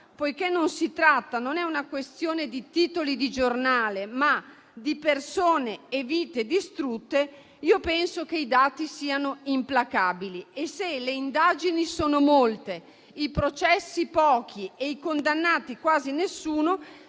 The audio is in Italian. Poiché non è una questione di titoli di giornale, ma di persone e vite distrutte, penso che i dati siano implacabili: se le indagini sono molte, i processi pochi e i condannati quasi zero,